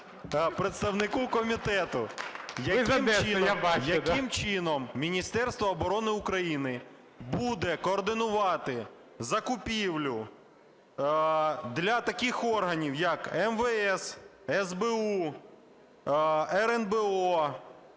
ЛУБІНЕЦЬ Д.В. Яким чином Міністерство оброни України буде координувати закупівлю для таких органів, як МВС, СБУ, РНБО,